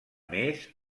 més